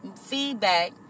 feedback